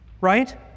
right